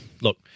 look